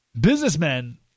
Businessmen